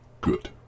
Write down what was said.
Good